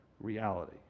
reality